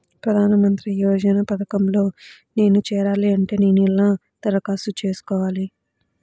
ప్రధాన మంత్రి యోజన పథకంలో నేను చేరాలి అంటే నేను ఎలా దరఖాస్తు చేసుకోవాలి?